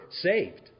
saved